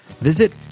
visit